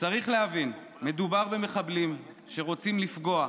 צריך להבין: מדובר במחבלים שרוצים לפגוע,